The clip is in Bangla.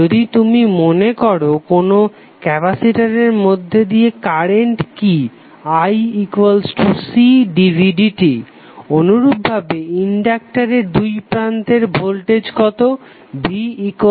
যদি তুমি মনে করো কোনো ক্যাপাসিটারের মধ্যে দিয়ে কারেন্ট কি iCdvdt অনুরূপভাবে ইনডাক্টারের দুই প্রান্তে ভোল্টেজ কতো